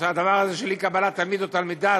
של אי-קבלת תלמיד או תלמידה,